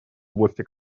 области